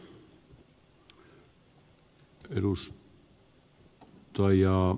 arvoisa puhemies